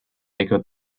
echoed